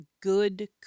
good